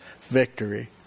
victory